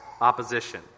opposition